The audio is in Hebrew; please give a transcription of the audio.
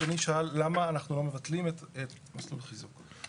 אדוני שאל למה אנחנו לא מבטלים את מסלול חיזוק.